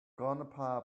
grandpa